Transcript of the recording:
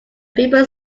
people